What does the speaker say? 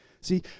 See